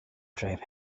drive